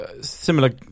similar